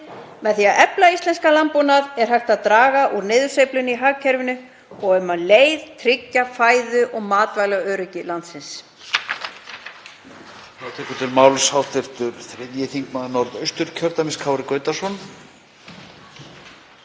Með því að efla íslenskan landbúnað er hægt að draga úr niðursveiflunni í hagkerfinu og um leið tryggja fæðu- og matvælaöryggi landsins.